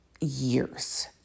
years